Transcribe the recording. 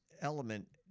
element